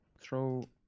throw